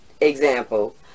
example